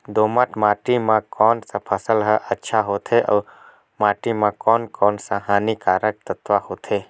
दोमट माटी मां कोन सा फसल ह अच्छा होथे अउर माटी म कोन कोन स हानिकारक तत्व होथे?